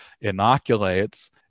inoculates